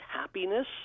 happiness